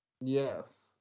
Yes